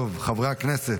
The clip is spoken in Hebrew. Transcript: טוב, חברי הכנסת,